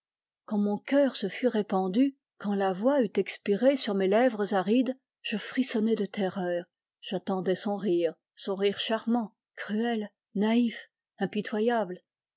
quand mon cœur se fut répandu quand la voix eut expiré sur mes lèvres arides je frissonnai de terreur j'attendais son rire son rire charmant cruel naïf impitoyable